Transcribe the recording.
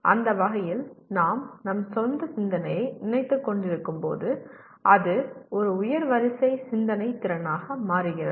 அந்த வகையில் நாம் நம் சொந்த சிந்தனையை நினைத்துக்கொண்டிருக்கும்போது அது ஒரு உயர் வரிசை சிந்தனை திறனாக மாறுகிறது